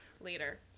later